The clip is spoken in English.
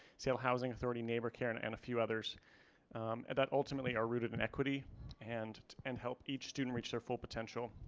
school housing authority, neighbor care. and and a few others that ultimately are rooted in equity and and help each student reach their full potential.